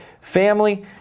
family